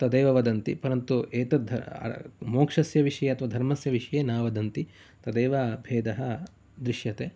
तदेव वदन्ति परन्तु एतद्द मोक्षस्य विषये तु धर्मस्य विषये न वदन्ति तदेव भेदः दृश्यते